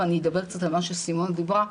ואני אדבר קצת על מה שסימונה דיברה,